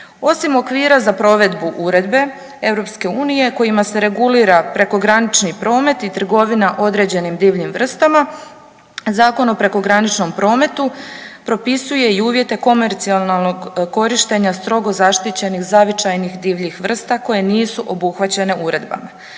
Osim okvira za provedbu uredbe EU kojima se regulira prekogranični promet i trgovina određenim divljim vrstama, Zakon o prekograničnom prometu propisuje i uvjete komercijalnog korištenja strogo zaštićenih zavičajnih divljih vrsta koje nisu obuhvaćene uredbama.